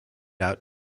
out